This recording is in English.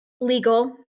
legal